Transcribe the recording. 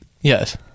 Yes